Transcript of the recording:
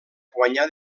guanyà